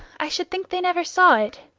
i should think they never saw it.